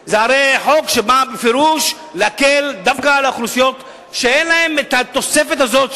זה הרי חוק שבא בפירוש להקל דווקא על האוכלוסיות שאין להן התוספת הזאת,